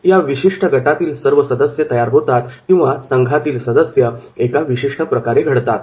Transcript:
या विशिष्ट गटातील सर्व सदस्य तयार होतात किंवा संघामधील सदस्य एका विशिष्ट प्रकारे घडतात